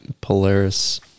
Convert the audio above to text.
Polaris